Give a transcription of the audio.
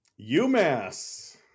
UMass